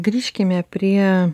grįžkime prie